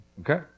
Okay